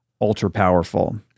ultra-powerful